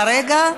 כרגע,